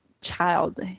child